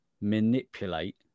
manipulate